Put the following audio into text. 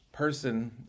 Person